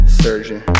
surgeon